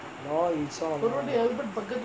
oh you saw lah